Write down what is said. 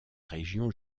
région